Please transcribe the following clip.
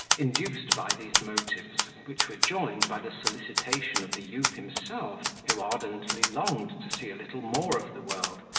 induced by these motives, which were joined by the solicitation of the youth himself, who ardently longed to see a little more of the world,